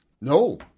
No